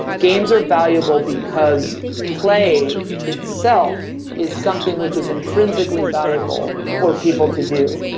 games are valuable because play itself is something which is intrinsically valuable for people to do.